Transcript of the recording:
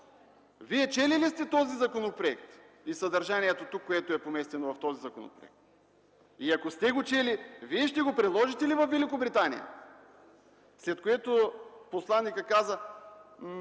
„Вие чели ли сте този законопроект и съдържанието, което е поместено в него? Ако сте го чели, Вие ще го приложите ли във Великобритания? След което посланикът каза: